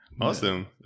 awesome